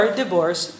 divorce